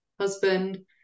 husband